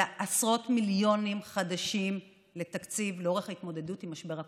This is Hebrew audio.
אלא עשרות מיליונים חדשים לתקציב לצורך ההתמודדות עם משבר הקורונה.